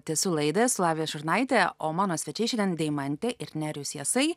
tęsiu laidą esu lavija šurnaitė o mano svečiai šiandien deimantė ir nerijus jasai